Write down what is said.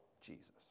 Jesus